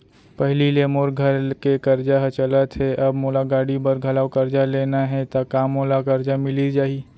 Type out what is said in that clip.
पहिली ले मोर घर के करजा ह चलत हे, अब मोला गाड़ी बर घलव करजा लेना हे ता का मोला करजा मिलिस जाही?